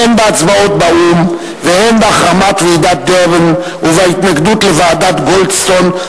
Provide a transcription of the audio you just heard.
הן בהצבעות באו"ם והן בהחרמת ועידת דרבן ובהתנגדות לוועדת-גולדסטון,